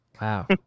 Wow